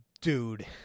Dude